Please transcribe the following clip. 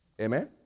Amen